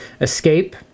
escape